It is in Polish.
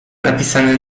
napisane